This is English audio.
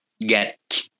get